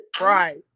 Right